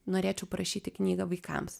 norėčiau parašyti knygą vaikams